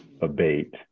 abate